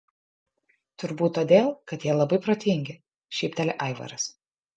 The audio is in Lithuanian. turbūt todėl kad jie labai protingi šypteli aivaras